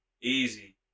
Easy